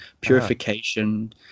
purification